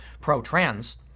pro-trans